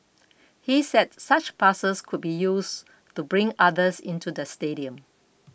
he said such passes could be used to bring others into the stadium